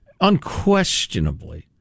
Unquestionably